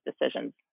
decisions